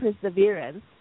perseverance